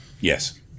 Yes